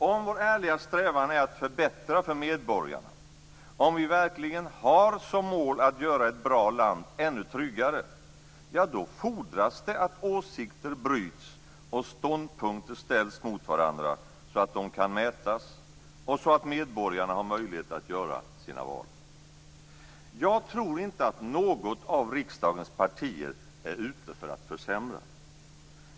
Om vår ärliga strävan är att förbättra för medborgarna, om vi verkligen har som mål att göra ett bra land ännu tryggare, då fordras det att åsikter bryts och ståndpunkter ställs mot varandra så att de kan mätas och så att medborgarna har möjlighet att göra sina val. Jag tror inte att något av riksdagens partier är ute efter att försämra.